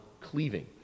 cleaving